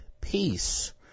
peace